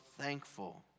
thankful